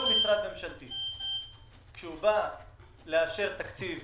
כל משרד ממשלתי שבא לאשר תקציב